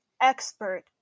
expert